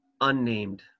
Unnamed